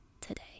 today